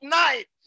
night